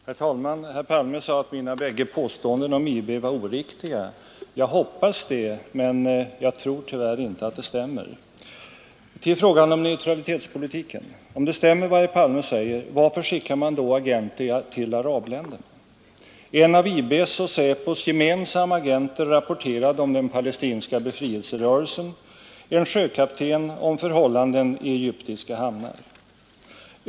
Herr talman! Herr Palme sade att mina bägge påståenden om IB var oriktiga. Jag hoppas det, men jag tror tyvärr inte att det stämmer. Till frågan om neutralitetspolitiken. Om det stämmer vad herr Palme säger, varför skickar man då agenter till arabländerna? En av IB:s och SÄPO:s gemensamma agenter rapporterade om den palestinska befrielserörelsen, en sjökapten om förhållanden i egyptiska hamnar.